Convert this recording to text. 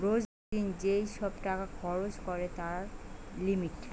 রোজ দিন যেই সব টাকা খরচ করে তার লিমিট